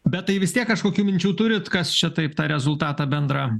bet tai vis tiek kažkokių minčių turit kas čia taip tą rezultatą bendrą